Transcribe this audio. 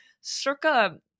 circa